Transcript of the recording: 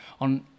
on